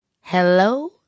Hello